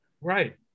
right